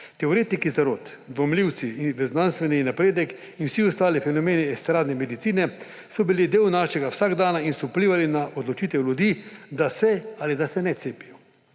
Teoretiki zarot, dvomljivci v znanstveni napredek in vsi ostali fenomeni estradne medicine so bili del našega vsakdana in so vplivali na odločitev ljudi, da se ali da se ne cepijo.